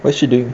what she doing